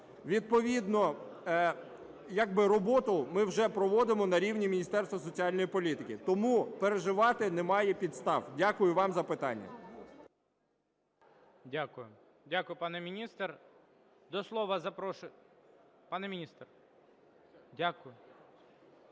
Відповідно як би роботу ми вже проводимо на рівні Міністерства соціальної політики., тому переживати немає підстав. Дякую вам за питання.